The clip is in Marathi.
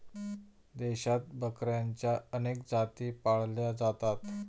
देशात बकऱ्यांच्या अनेक जाती पाळल्या जातात